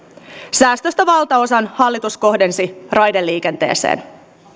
säästöstä valtaosan hallitus kohdensi raideliikenteeseen